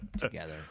together